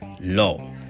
law